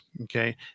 okay